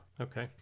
Okay